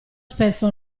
spesso